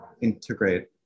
integrate